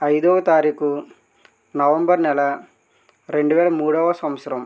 ఐదవ తారీఖు నవంబర్ నెల రెండు వేల మూడవ సంవత్సరం